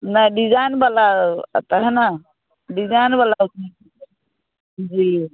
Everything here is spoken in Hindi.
नहीं डिजाईन वाला आता है ना डिजाईन वाला जी